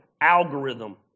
algorithm